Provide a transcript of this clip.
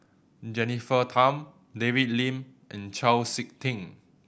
Jennifer Tham David Lim and Chau Sik Ting